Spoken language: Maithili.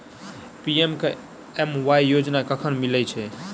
पी.एम.के.एम.वाई योजना कखन मिलय छै?